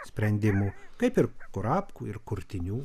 sprendimų kaip ir kurapkų ir kurtinių